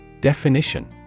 Definition